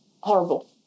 horrible